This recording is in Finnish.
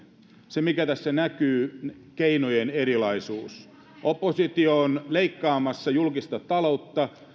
se mikä tässä näkyy on keinojen erilaisuus oppositio on leikkaamassa julkista taloutta